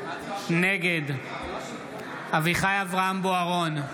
נגד אביחי אברהם בוארון,